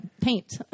paint